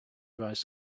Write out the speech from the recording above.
dries